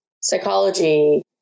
psychology